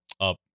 up